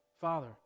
Father